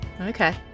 Okay